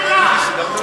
חניקה.